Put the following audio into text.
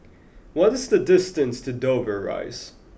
what is the distance to Dover Rise